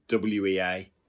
WEA